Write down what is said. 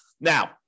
Now